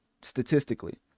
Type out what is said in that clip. statistically